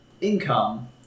income